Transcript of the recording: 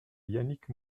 yannick